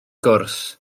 gwrs